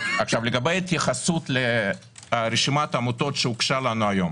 לגבי התייחסות לרשימת העמותות שהוגשה לנו היום